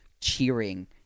cheering